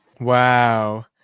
Wow